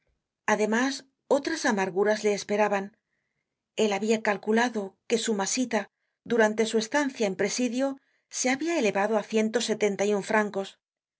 además otras amarguras le esperaban el habia calculado que su masita durante su estancia en presidio se habia elevado á ciento setenta y un francos